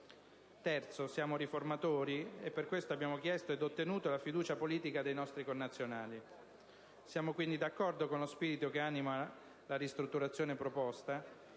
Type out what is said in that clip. luogo, siamo riformatori, e per questo abbiamo chiesto ed ottenuto la fiducia politica dei nostri connazionali. Siamo quindi d'accordo con lo spirito che anima la ristrutturazione proposta,